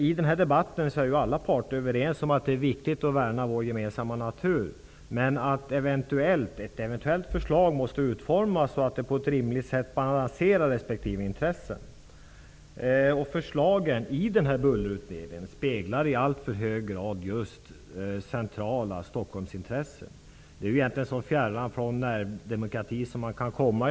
I den här debatten är alla parter överens om att det är viktigt att värna vår gemensamma natur. Men ett eventuellt förslag måste utformas så att det på ett rimligt sätt balanserar respektive intressen. Förslagen i bullerutredningen speglar i alltför hör grad centrala Stockholmsintressen. Det är egentligen så fjärran från närdemokrati som man kan komma.